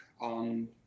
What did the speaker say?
on